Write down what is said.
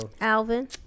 Alvin